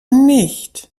nicht